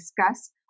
discuss